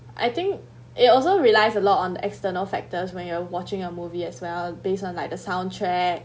I think it also relies a lot on the external factors when you're watching a movie as well based on like the soundtrack